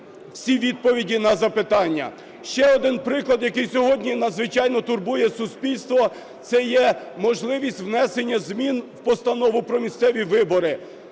всі відповіді на запитання. Ще один приклад, який сьогодні надзвичайно турбує суспільство – це є можливість внесення змін в Постанову про місцеві вибори.